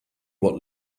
what